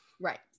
Right